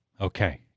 Okay